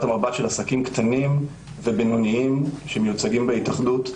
המבט של עסקים קטנים ובינוניים שמיוצגים בהתאחדות.